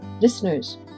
listeners